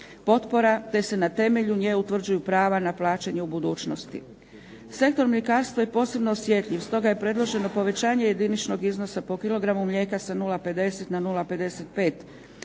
potpora, te se na temelju nje utvrđuju prava na plaćanje u budućnosti. Sektor mljekarstva je posebno osjetljiv stoga je predloženo povećanje jediničnog iznosa po kilogramu mlijeka sa 0,50 na 0,55 kuna